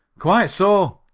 quite so,